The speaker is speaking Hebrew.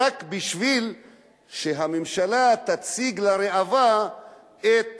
רק בשביל שהממשלה תציג לראווה את